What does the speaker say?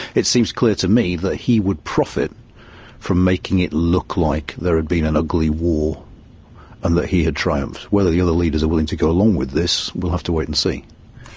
it seems clear to me that he would profit from making it look like there had been an ugly war and that he had triumphed. whether the other leaders are willing to go along with this, we'll have to wait and see.